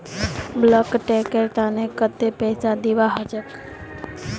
bulk tanker तने कत्ते पैसा दीबा ह छेक